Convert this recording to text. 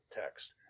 text